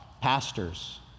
pastors